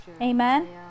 amen